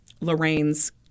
Lorraine's